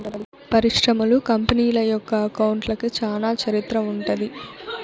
పరిశ్రమలు, కంపెనీల యొక్క అకౌంట్లకి చానా చరిత్ర ఉంటది